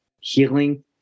healing